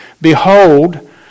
Behold